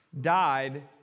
died